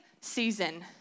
season